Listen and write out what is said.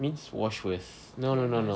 means wash first no no no no